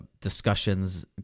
discussions